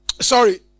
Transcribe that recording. sorry